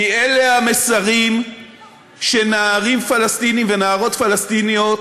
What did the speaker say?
כי אלה המסרים שנערים פלסטינים ונערות פלסטיניות